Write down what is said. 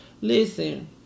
Listen